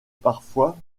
parfois